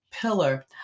pillar